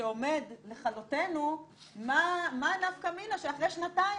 שעומד לכלותינו ,מה הנפקא מינה שאחרי שנתיים